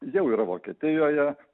jau yra vokietijoje